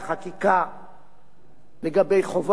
לגבי חובות הפרסום ברשומות, אגב,